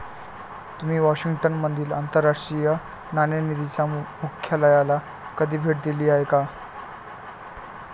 तुम्ही वॉशिंग्टन मधील आंतरराष्ट्रीय नाणेनिधीच्या मुख्यालयाला कधी भेट दिली आहे का?